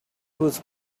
was